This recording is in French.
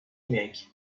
numérique